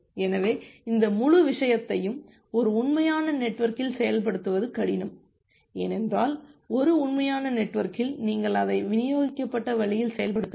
எனவே இந்த முழு விஷயத்தையும் ஒரு உண்மையான நெட்வொர்க்கில் செயல்படுத்துவது கடினம் ஏனென்றால் ஒரு உண்மையான நெட்வொர்க்கில் நீங்கள் அதை விநியோகிக்கப்பட்ட வழியில் செயல்படுத்த வேண்டும்